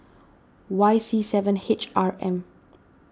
Y C seven H R M